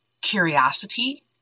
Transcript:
curiosity